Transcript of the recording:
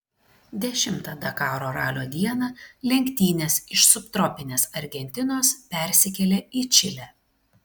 dešimtą dakaro ralio dieną lenktynės iš subtropinės argentinos persikėlė į čilę